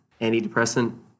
antidepressant